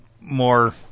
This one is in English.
more